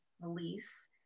release